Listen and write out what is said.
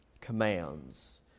commands